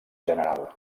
general